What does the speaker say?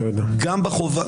תודה, חברים.